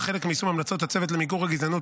הצעה זו היא חלק מיישום המלצות הצוות למיגור הגזענות